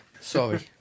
sorry